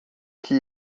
que